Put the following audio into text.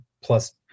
plus